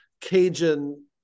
Cajun